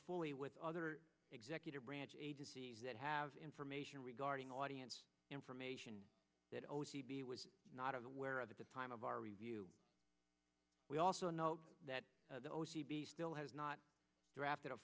fully with other executive branch agencies that have information regarding audience information that o t b was not aware of at the time of our review we also know that the o c b still has not drafted a